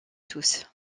tous